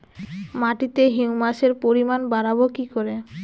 মাটিতে হিউমাসের পরিমাণ বারবো কি করে?